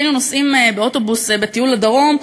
כשהיינו נוסעים באוטובוס לטיול בדרום,